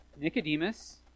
Nicodemus